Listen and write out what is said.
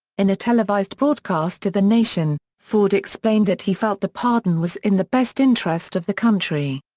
in a televised broadcast to the nation, ford explained that he felt the pardon was in the best interest of the country.